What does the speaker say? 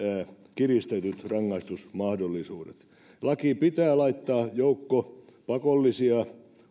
kiristetyt rangaistusmahdollisuudet lakiin pitää laittaa joukko pakollisia